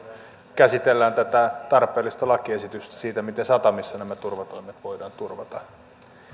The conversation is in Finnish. käsitellään tätä tarpeellista lakiesitystä siitä miten satamissa nämä turvatoimet voidaan turvata